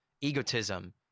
egotism